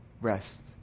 rest